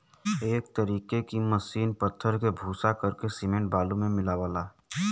एक तरीके की मसीन पत्थर के सूरा करके सिमेंट बालू मे मिलावला